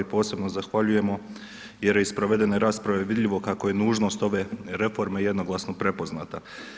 Posebno zahvaljujemo jer je iz provedene rasprave vidljivo kako je nužnost ove reforme jednoglasno prepoznata.